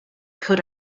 coat